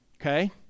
okay